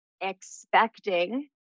expecting